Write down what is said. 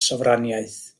sofraniaeth